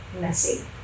messy